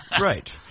Right